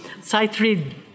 sight-read